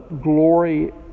glory